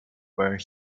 where